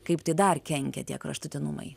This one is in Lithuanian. kaip tai dar kenkia tie kraštutinumai